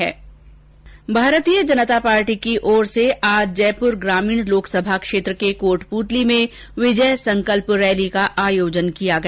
विजय संकल्प रैली भारतीय जनता पार्टी की ओर से आज जयपुर ग्रामीण लोक सभा क्षेत्र के कोटपुतली में विजय संकल्प रैली का आयोजन किया गया